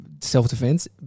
self-defense